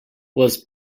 was